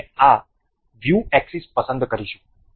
આપણે આ view axis પસંદ કરીશું